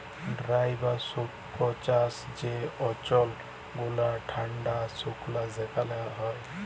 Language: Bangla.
ড্রাই বা শুস্ক চাষ যে অল্চল গুলা ঠাল্ডা আর সুকলা সেখালে হ্যয়